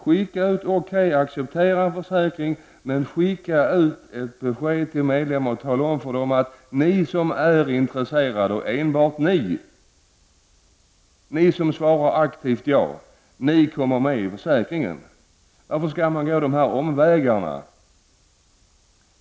Därför tycker jag att man skall skicka ut ett besked till medlemmarna om att de som är intresserade, och enbart de medlemmar som aktivt svarar ja, kommer att tecknas för denna försäkring. Varför skall man gå dessa omvägar?